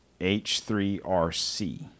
H3RC